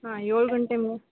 ಹಾಂ ಏಳು ಗಂಟೆ ಮು